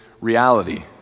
reality